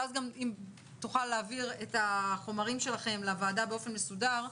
ואז גם תוכל להעביר את החומרים שלכם לוועדה באופן מסודר,